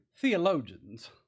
theologians